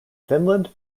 finland